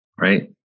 right